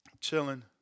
Chilling